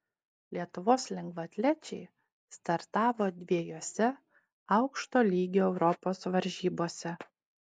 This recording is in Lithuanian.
lietuvos lengvaatlečiai startavo dviejose aukšto lygio europos varžybose